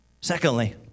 Secondly